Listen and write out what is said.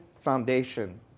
foundation